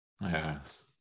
Yes